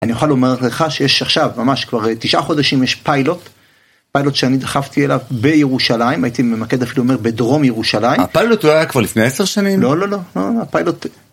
אני אוכל לומר לך שיש עכשיו ממש כבר תשעה חודשים יש פיילוט, פיילוט שאני דחפתי אליו בירושלים הייתי ממקד אפילו לומר בדרום ירושלים, הפיילוט הוא היה כבר לפני עשר שנים? לא לא לא, הפיילוט...